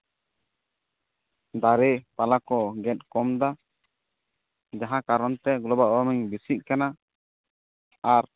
ᱫᱟᱨᱮ ᱯᱟᱞᱟ ᱠᱚ ᱜᱮᱫ ᱠᱚᱢ ᱮᱫᱟ ᱡᱟᱦᱟᱸ ᱠᱟᱨᱚᱱᱛᱮ ᱜᱞᱳᱵᱟᱞ ᱚᱣᱟᱨᱢᱤᱝ ᱵᱮᱥᱤᱜ ᱠᱟᱱᱟ ᱟᱨ